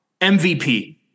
MVP